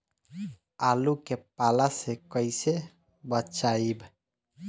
आलु के पाला से कईसे बचाईब?